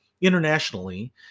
internationally